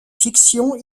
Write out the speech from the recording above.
fictions